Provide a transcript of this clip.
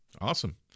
Awesome